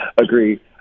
agree